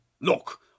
Look